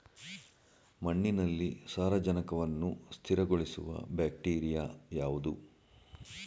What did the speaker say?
ಮಣ್ಣಿನಲ್ಲಿ ಸಾರಜನಕವನ್ನು ಸ್ಥಿರಗೊಳಿಸುವ ಬ್ಯಾಕ್ಟೀರಿಯಾ ಯಾವುದು?